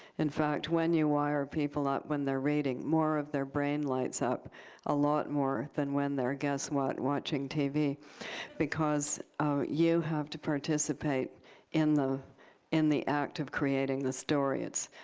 in fact, when you wire people up when they're reading, more of their brain lights up a lot more than when they're, guess what, watching tv because you have to participate in the in the act of creating the story. it's,